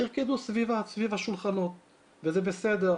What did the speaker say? ירקדו סביב השולחנות וזה בסדר.